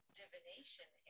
divination